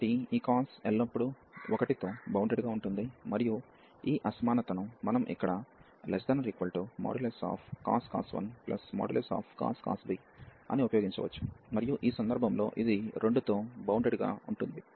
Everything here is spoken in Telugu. కాబట్టి ఈ cos ఎల్లప్పుడూ 1 తో బౌండెడ్ గా ఉంటుంది మరియు ఈ అసమానతను మనం ఇక్కడ cos 1 cos b అని ఉపయోగించవచ్చు మరియు ఈ సందర్భంలో ఇది 2 తో బౌండెడ్ గా ఉంటుంది